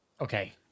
Okay